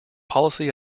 policy